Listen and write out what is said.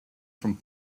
from